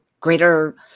greater